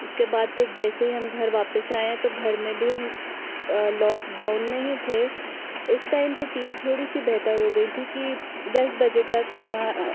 उसके बाद फिर जैसे ही हम घर वापस आएँ तो घर में भी हम लॉकडाउन में ही थे उस टाइम पर चीज़े थोड़ी सी बेहतर हो गई थीं कि दस बजे तक हम न